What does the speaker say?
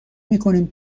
میکنیم